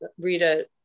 Rita